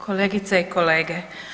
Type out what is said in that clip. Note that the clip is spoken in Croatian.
Kolegice i kolege.